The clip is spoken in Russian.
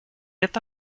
это